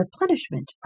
replenishment